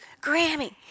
Grammy